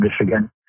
Michigan